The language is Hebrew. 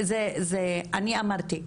אני אמרתי,